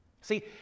see